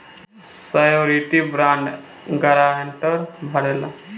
surety bond guarantor भरेला